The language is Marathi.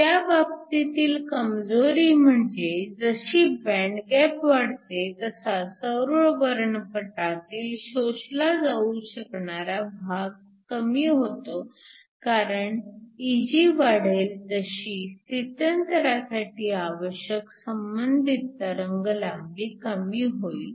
त्या बाबतीतील कमजोरी म्हणजे जशी बँड गॅप वाढते तसा सौर वर्णपटातील शोषला जाऊ शकणारा भाग कमी होतो कारण Eg वाढेल तशी स्थित्यंतरासाठी आवश्यक संबंधित तरंगलांबी कमी होईल